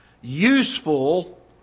useful